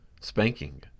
spanking